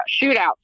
shootout